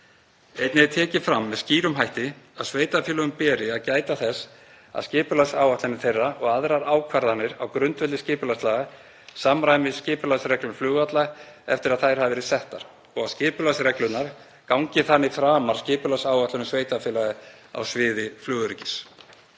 Einnig er tekið fram með skýrum hætti að sveitarfélögum beri að gæta þess að skipulagsáætlanir þeirra og aðrar ákvarðanir á grundvelli skipulagslaga samræmist skipulagsreglum flugvalla eftir að þær hafa verið settar og að skipulagsreglurnar gangi þannig framar skipulagsáætlunum sveitarfélaga á sviði flugöryggis.